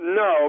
no